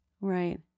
Right